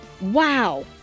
Wow